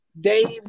Dave